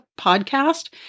Podcast